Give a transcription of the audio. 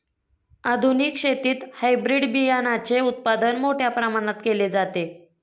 आधुनिक शेतीत हायब्रिड बियाणाचे उत्पादन मोठ्या प्रमाणात केले जाते